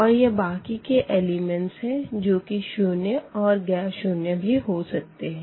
और यह बाकी के एलिमेंट्स है जो कि शून्य और गैर शून्य भी हो सकते है